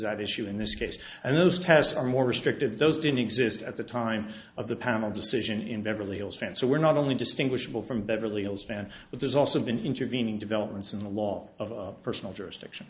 is at issue in this case and those tests are more restrictive those didn't exist at the time of the panel decision in beverly hills fan so we're not only distinguishable from beverly hills fan but there's also been intervening developments in the law of personal jurisdiction